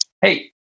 hey